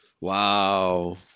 Wow